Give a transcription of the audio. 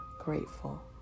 Grateful